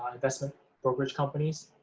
investment brokerage companies,